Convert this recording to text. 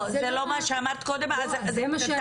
לא, זה לא מה שאמרת קודם, אז תעזבי.